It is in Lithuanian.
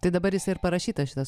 tai dabar jis ir parašytas šitas